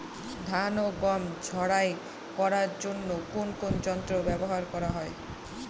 ধান ও গম ঝারাই করার জন্য কোন কোন যন্ত্র ব্যাবহার করা হয়?